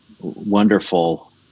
wonderful